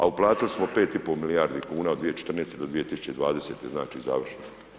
A uplatili smo 5,5 milijardi kuna od 2014. do 2020., znači završno.